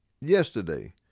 yesterday